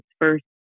first